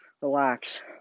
relax